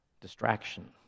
distraction